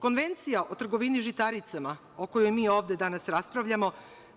Konvencija o trgovini žitaricama, o kojoj mi danas ovde raspravljamo,